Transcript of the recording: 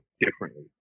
differently